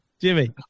Jimmy